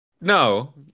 No